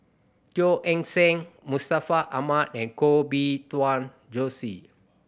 Teo Eng Seng Mustaq Ahmad and Koh Bee Tuan Joyce